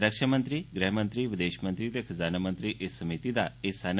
रक्षामंत्री गृहमंत्री वदेशमंत्री ते खजानामंत्री इस समिति दा हिस्सा न